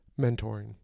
mentoring